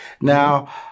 Now